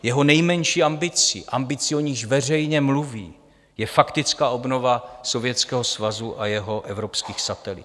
Jeho nejmenší ambicí, ambicí, o níž veřejně mluví, je faktická obnova Sovětského svazu a jeho evropských satelitů.